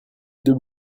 deux